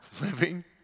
living